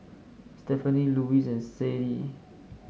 Stephenie Louise and Sade